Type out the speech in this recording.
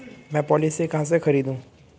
मैं पॉलिसी कहाँ से खरीदूं?